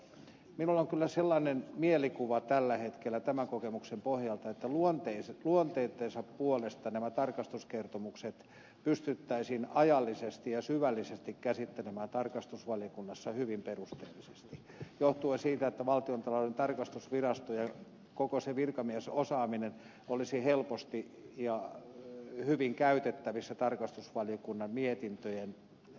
minulla on kyllä sellainen mielikuva tällä hetkellä tämän kokemuksen pohjalta että luonteittensa puolesta nämä tarkastuskertomukset pystyttäisiin ajallisesti ja syvällisesti käsittelemään tarkastusvaliokunnassa hyvin perusteellisesti johtuen siitä että valtiontalouden tarkastusvirasto ja koko se virkamiesosaaminen olisi helposti ja hyvin käytettävissä tarkastusvaliokunnan mietintöjen perusteellisuuteen